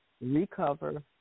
recover